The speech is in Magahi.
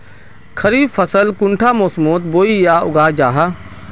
खरीफ फसल कुंडा मोसमोत बोई या उगाहा जाहा?